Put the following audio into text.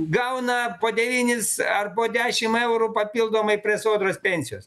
gauna po devynis ar po dešimt eurų papildomai prie sodros pensijos